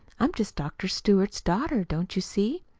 i'm just dr. stewart's daughter. don't you see?